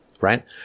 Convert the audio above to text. Right